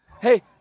hey